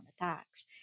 attacks